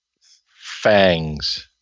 Fangs